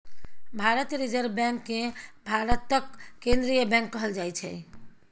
भारतीय reserve bank केँ भारतक केंद्रीय बैंक कहल जाइ छै